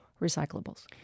recyclables